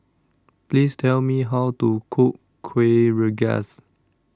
Please Tell Me How to Cook Kuih Rengas